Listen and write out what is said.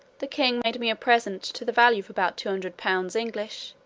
the king made me a present to the value of about two hundred pounds english,